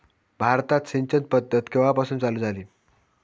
भारतात सिंचन पद्धत केवापासून चालू झाली?